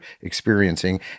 experiencing